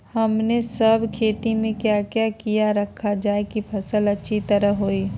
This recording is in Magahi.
हमने सब खेती में क्या क्या किया रखा जाए की फसल अच्छी तरह होई?